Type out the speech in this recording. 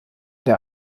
der